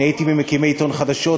אני הייתי ממקימי העיתון "חדשות",